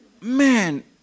man